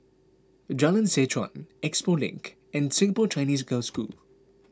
Jalan Seh Chuan Expo Link and Singapore Chinese Girls' School